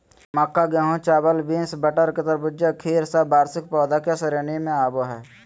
मक्का, गेहूं, चावल, बींस, मटर, तरबूज, खीर सब वार्षिक पौधा के श्रेणी मे आवो हय